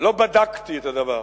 לא בדקתי את הדבר.